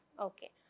Okay